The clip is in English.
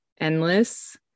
endless